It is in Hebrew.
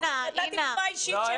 נתתי דוגמה אישית שלי.